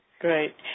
Great